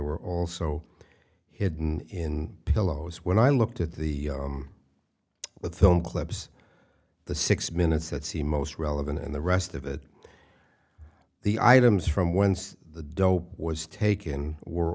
were also hidden in pillows when i looked at the film clips the six minutes that c most relevant and the rest of it the items from whence the dough was taken were